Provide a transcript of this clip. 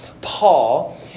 Paul